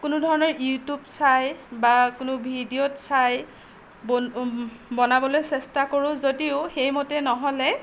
কোনো ধৰণৰ ইউটিউব চাই বা কোনো ভিডিঅ'ত চাই বনাবলৈ চেষ্টা কৰোঁ যদিও সেইমতে নহ'লে